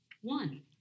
one